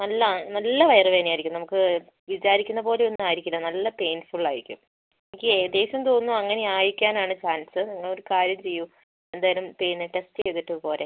നല്ല നല്ല വയർ വേദന ആയിരിക്കും നമുക്ക് വിചാരിക്കുന്ന പോലൊന്നും ആയിരിക്കില്ല നല്ല പെയിൻഫുള്ളായിരിക്കും എനിക്ക് ഏകദേശം തോന്നുന്നത് അങ്ങനെ ആയിരിക്കാനാണ് ചാൻസ് അപ്പം നിങ്ങളൊരു കാര്യം ചെയ്യൂ എന്തായാലും പിന്നെ ടെസ്റ്റ് ചെയ്തിട്ട് പോര്